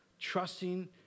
trusting